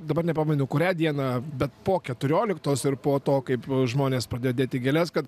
dabar nepamenu kurią dieną bet po keturioliktos ir po to kaip žmonės pradėjo dėti gėles kad